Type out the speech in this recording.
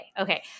Okay